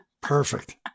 Perfect